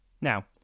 Now